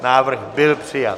Návrh byl přijat.